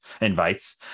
invites